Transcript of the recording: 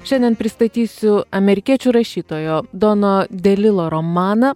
šiandien pristatysiu amerikiečių rašytojo dono delilo romaną